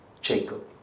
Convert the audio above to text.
Jacob